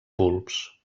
bulbs